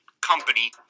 company